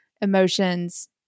emotions